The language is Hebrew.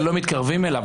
אפילו לא מתקרבים אליו.